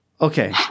Okay